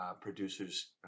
producers